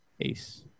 Ace